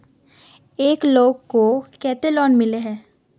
एक लोग को केते लोन मिले है?